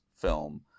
film